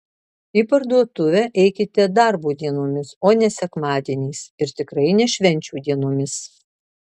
į parduotuvę eikite darbo dienomis o ne sekmadieniais ir tikrai ne švenčių dienomis